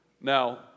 Now